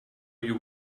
you